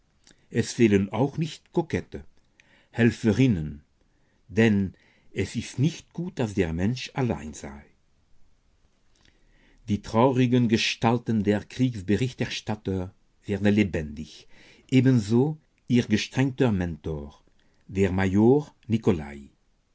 es fehlen auch nicht kokette helferinnen denn es ist nicht gut daß der mensch allein sei die traurigen gestalten der kriegsberichterstatter werden lebendig ebenso ihr gestrenger mentor der major nikolai